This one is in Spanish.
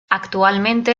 actualmente